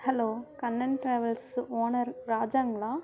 hello Kannan travels owner ராஜாங்களா